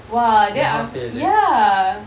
!wah! then I was ya